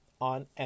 on